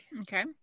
Okay